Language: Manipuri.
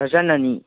ꯗꯔꯖꯟ ꯑꯅꯤ